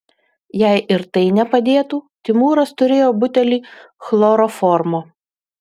jei ir tai nepadėtų timūras turėjo butelį chloroformo